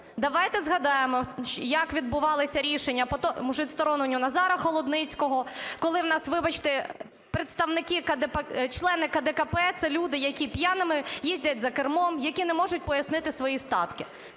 Давайте згадаємо як відбувалися рішення по відстороненню Назара Холодницького, коли в нас, вибачте, представники, члени КДКП – це люди, які п'яними їздять за кермом, які не можуть пояснити свої статки.